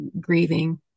grieving